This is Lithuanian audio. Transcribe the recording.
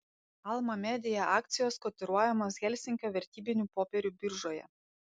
alma media akcijos kotiruojamos helsinkio vertybinių popierių biržoje